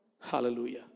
Hallelujah